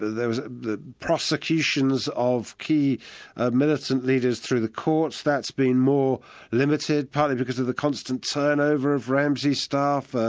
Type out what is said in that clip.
there were the prosecutions of key militant leaders through the courts, that's been more limited, partly because of the constant turnover of ramsi staff,